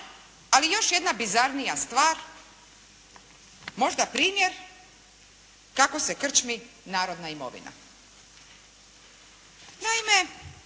Ali još jedna bizarnija stvar možda primjer kako se krčmi narodna imovina. Naime,